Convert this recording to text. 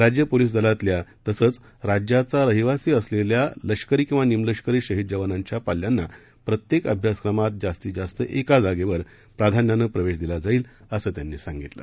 राज्य पोलीस दलातल्या तसंच राज्याचा रहिवासी असलेल्या लष्करी किंवा निमलष्करी शहीद जवानांच्या पाल्यांना प्रत्येक अभ्यासक्रमात जास्तीत जास्त एका जागेवर प्राधान्यानं प्रवेश दिला जाईल असं त्यांनी सांगितलं